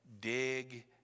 dig